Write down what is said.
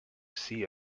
see